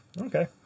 Okay